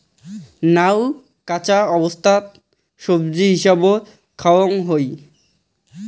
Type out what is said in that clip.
নাউ কাঁচা অবস্থাত সবজি হিসাবত খাওয়াং হই